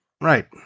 right